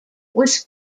was